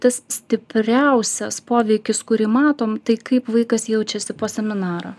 tas stipriausias poveikis kurį matom tai kaip vaikas jaučiasi po seminaro